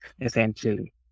essentially